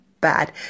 bad